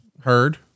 heard